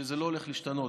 שזה לא הולך להשתנות,